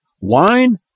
Wine